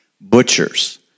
butchers